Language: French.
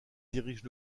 dirige